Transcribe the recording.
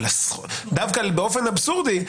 דווקא באופן אבסורדי,